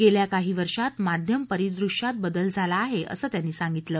गेल्या काही वर्षात माध्यम परिदृश्यात बदल झाला आहे असं त्यांनी सांगितलं